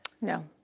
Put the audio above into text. No